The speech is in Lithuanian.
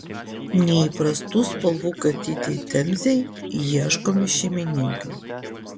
neįprastų spalvų katytei temzei ieškomi šeimininkai